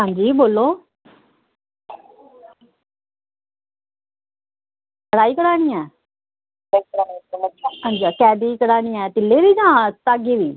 हां जी बोल्लो कढ़ाई करानी ऐ केह्दी कढ़ानी ऐ तिल्ले दी जां धागे दी